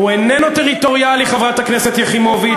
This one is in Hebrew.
הוא איננו טריטוריאלי, חברת הכנסת יחימוביץ.